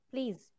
Please